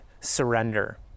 surrender